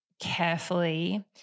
carefully